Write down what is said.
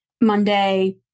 Monday